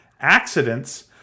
Accidents